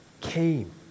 came